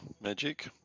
magic